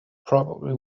probably